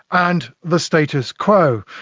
and the status quo.